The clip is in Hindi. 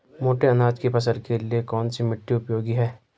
मोटे अनाज की फसल के लिए कौन सी मिट्टी उपयोगी है?